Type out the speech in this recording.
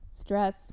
stress